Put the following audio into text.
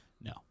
No